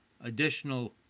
additional